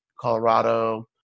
Colorado